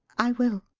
i will.